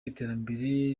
iterambere